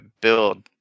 build